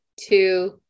two